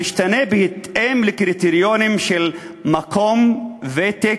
המשתנה בהתאם לקריטריונים של מקום, ותק,